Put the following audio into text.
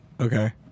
Okay